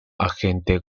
agente